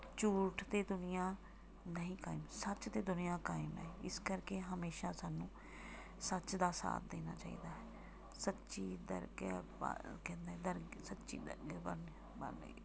ਝੂਠ ਦੀ ਦੁਨੀਆਂ ਨਹੀਂ ਕਾਇਮ ਸੱਚ 'ਤੇ ਦੁਨੀਆਂ ਕਾਇਮ ਹੈ ਇਸ ਕਰਕੇ ਹਮੇਸ਼ਾਂ ਸਾਨੂੰ ਸੱਚ ਦਾ ਸਾਥ ਦੇਣਾ ਚਾਹੀਦਾ ਹੈ ਸੱਚੀ ਦਰਗਾਹ ਪਾ ਕਹਿੰਦੇ ਦਰ ਸੱਚੀ ਦਰ